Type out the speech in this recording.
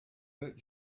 that